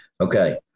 Okay